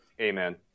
Amen